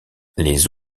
les